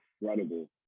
incredible